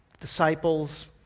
disciples